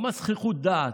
ממש זחיחות דעת.